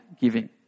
giving